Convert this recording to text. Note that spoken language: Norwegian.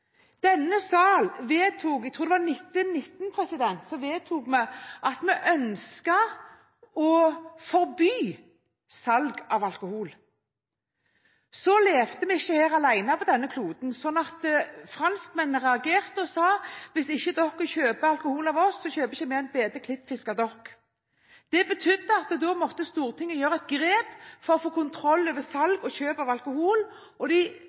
Denne sal vedtok – jeg tror det var i 1919 – et forbud mot salg av alkohol. Men vi levde ikke alene på denne kloden, så franskmennene reagerte og sa: Hvis dere ikke kjøper alkohol av oss, så kjøper ikke vi en eneste bit klippfisk av dere. Det betydde at da måtte Stortinget gjøre et grep for å få kontroll over salg og kjøp av alkohol, og de